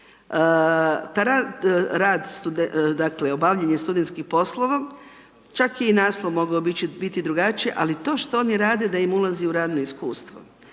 rad dakle obavljanje studentskih poslova. Čak je i naslov mogao biti drugačiji. Ali to što oni rade da im ulaze u radno iskustvo.